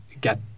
get